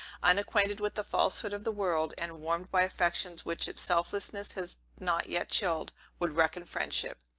unacquainted with the falsehood of the world, and warmed by affections which its selfishness has not yet chilled, would reckon friendship.